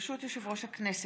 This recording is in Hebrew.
ברשות יושב-ראש הכנסת,